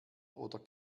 oder